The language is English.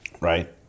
right